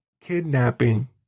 kidnapping